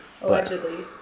Allegedly